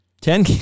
Ten